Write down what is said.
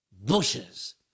bushes